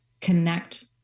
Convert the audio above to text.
connect